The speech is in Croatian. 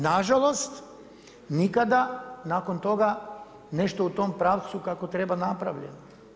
Nažalost, nikada nakon toga nešto u tom pravcu kako treba napravljeno.